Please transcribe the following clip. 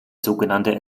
sogenannte